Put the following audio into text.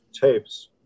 tapes